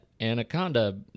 anaconda